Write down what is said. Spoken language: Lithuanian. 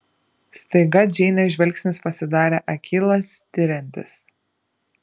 staiga džeinės žvilgsnis pasidarė akylas tiriantis